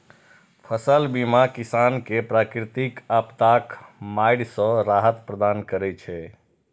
फसल बीमा किसान कें प्राकृतिक आपादाक मारि सं राहत प्रदान करै छै